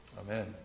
Amen